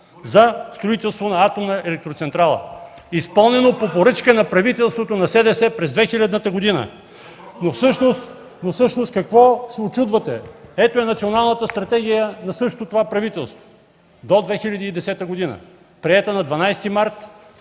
за строителство на атомна електроцентрала.” Изпълнено по поръчка на правителството на СДС през 2000 та година. (Реплики от ГЕРБ.) Всъщност какво се учудвате? Ето я Националната стратегия на същото това правителство до 2010 г., приета на 12 март